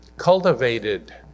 cultivated